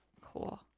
cool